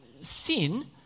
sin